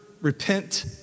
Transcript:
repent